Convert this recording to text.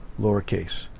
lowercase